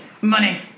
Money